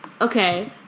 Okay